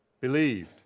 believed